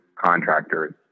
contractors